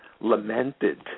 lamented